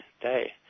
day